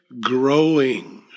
growing